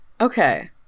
Okay